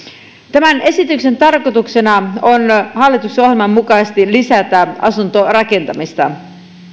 tämän esityksen tarkoituksena on hallituksen ohjelman mukaisesti lisätä asuntorakentamista